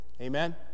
Amen